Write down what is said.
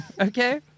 Okay